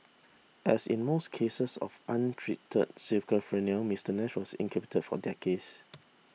as in most cases of untreated schizophrenia Mister Nash was incapacitated for decades